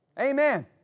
Amen